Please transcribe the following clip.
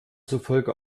zufolge